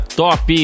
top